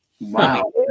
Wow